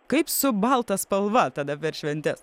kaip su balta spalva tada per šventes